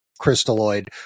crystalloid